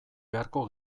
beharko